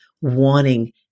wanting